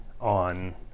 on